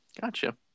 Gotcha